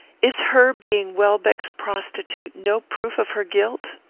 is her being welbeck's prostitute no proof of her guilt?